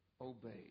obeyed